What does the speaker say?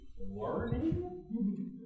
learning